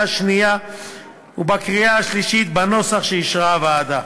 השנייה ובקריאה השלישית בנוסח שאישרה הוועדה.